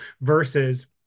versus